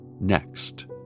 next